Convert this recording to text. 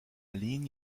ligne